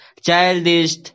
childish